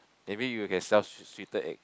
maybe you can sell sweet sweeter egg